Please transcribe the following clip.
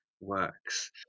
works